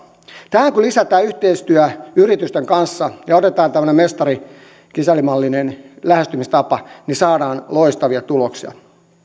tähän kun lisätään yhteistyö yritysten kanssa ja otetaan tämmöinen mestari kisälli mallinen lähestymistapa niin saadaan loistavia tuloksia